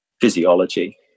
physiology